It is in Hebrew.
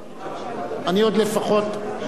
אני רוצה לברך בברכת